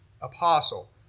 Apostle